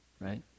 right